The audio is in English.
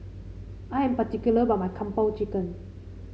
I am particular about my Kung Po Chicken